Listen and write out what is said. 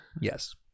yes